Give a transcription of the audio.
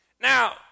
Now